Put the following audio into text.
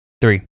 Three